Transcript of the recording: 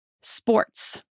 sports